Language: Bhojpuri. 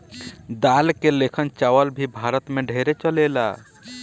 दाल के लेखन चावल भी भारत मे ढेरे चलेला